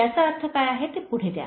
याचा अर्थ काय आहे ते पुढे द्या